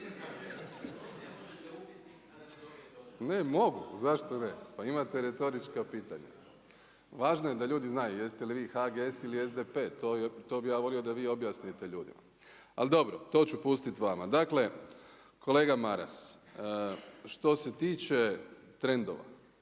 Ne, mogu, zašto ne, pa imate retorička pitanja. Važno je ljudi znaju jeste li HGS ili SDP, to bi ja volio da vi objasnite ljudima, ali dobro, to ću pustiti vama. Dakle, kolega Maras, što se tiče trendova